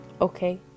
Okay